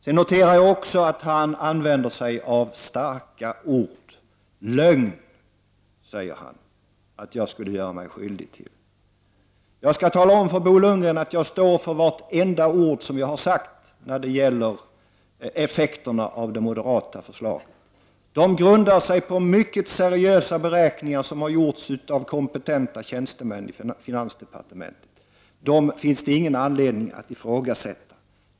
Jag noterar också att Bo Lundgren använder starka ord: Lögn skulle jag göra mig skyldig till, säger han. Jag skall tala om för Bo Lundgren att jag står för vartenda ord jag har sagt om effekterna av de moderata förslagen. Det jag har sagt grundar sig på mycket seriösa beräkningar som gjorts av kompetenta tjänstemän i finansdepartementet. Dessa beräkningar finns det ingen anledning att ifrågasätta.